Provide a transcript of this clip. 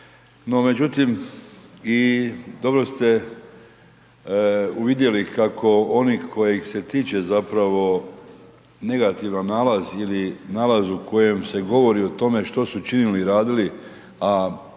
no međutim i dobro ste uvidjeli kako oni kojih se tiče zapravo negativan nalaz ili nalaz u kojem se govori u tome što su učinili i radili